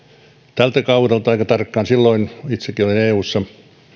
tältä kaudelta aika tarkkaan silloin itsekin olin eussa